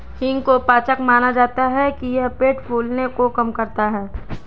हींग को पाचक माना जाता है कि यह पेट फूलने को कम करता है